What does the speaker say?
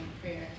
prayer